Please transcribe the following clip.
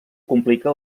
complica